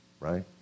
Right